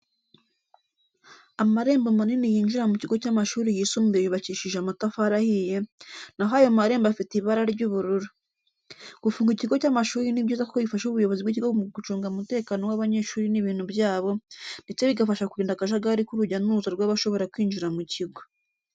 Amarembo manini yinjira mu kigo cy'amashuri yisumbuye yubakishije amatafari ahiye, na ho ayo marembo afite ibara ry'ubururu. Gufunga ikigo cy'amashuri ni byiza kuko bifasha ubuyobozi bw'ikigo mu gucunga umutekano w'abanyeshuri n'ibintu byabo, ndetse bigafasha kurinda akajagari k'urujya n'uruza rw'abashobora kwinjira mu kigo.